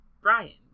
Brian